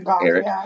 eric